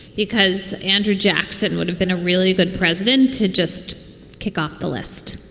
because andrew jackson would have been a really good president to just kick off the list.